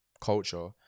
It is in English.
culture